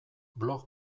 blog